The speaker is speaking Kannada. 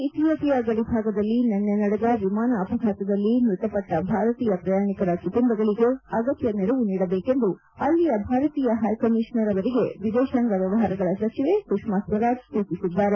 ನೈರೋಬಿ ಇಥೀಯೋಪಿಯಾ ಗಡಿಭಾಗದಲ್ಲಿ ನಿನ್ನೆ ನಡೆದ ವಿಮಾನ ಅಪಘಾತದಲ್ಲಿ ಮೃತಪಟ್ಟ ಭಾರತೀಯ ಪ್ರಯಾಣಿಕರ ಕುಟುಂಬಗಳಿಗೆ ಅಗತ್ಯ ನೆರವು ನೀಡಬೇಕೆಂದು ಅಲ್ಲಿಯ ಭಾರತೀಯ ಹೈಕಮಿಷನರ್ ಅವರಿಗೆ ವಿದೇಶಾಂಗ ವ್ಯವಹಾರಗಳ ಸಚಿವೆ ಸುಷ್ನಾ ಸ್ವರಾಜ್ ಸೂಚಿಸಿದ್ದಾರೆ